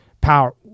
Power